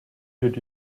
did